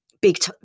big